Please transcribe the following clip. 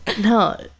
No